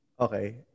Okay